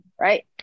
Right